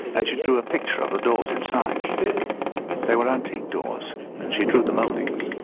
and she drew a picture of the doors inside. they were antique doors and she drew the mouldings.